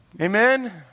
Amen